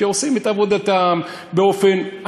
שעושים את עבודתם באופן,